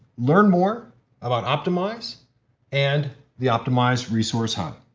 learn more about optimize and the optimize resource hub.